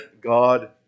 God